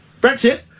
Brexit